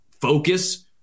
focus